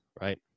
right